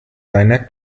reiner